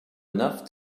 enough